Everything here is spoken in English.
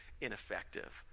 ineffective